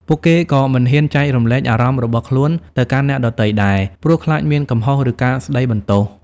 ពួកគេក៏មិនហ៊ាន ចែករំលែកអារម្មណ៍របស់ខ្លួនទៅកាន់អ្នកដទៃដែរ ព្រោះខ្លាចមានកំហុស ឬការស្ដីបន្ទោស។